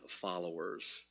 followers